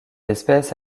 espèce